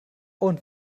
und